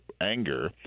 anger